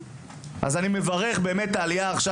אני מברך את העלייה שקיימת עכשיו,